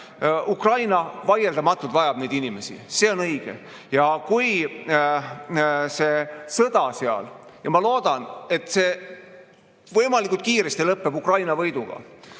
Ukraina vaieldamatult vajab neid inimesi, see on õige. Kui see sõda seal lõpeb – ja ma loodan, et see võimalikult kiiresti lõpeb Ukraina võiduga,